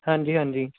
ਹਾਂਜੀ ਹਾਂਜੀ